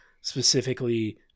specifically